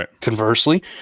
Conversely